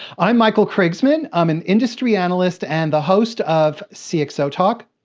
i'm michael krigsman. i'm an industry analyst and the host of cxotalk.